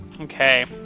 Okay